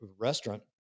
restaurant